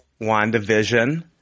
WandaVision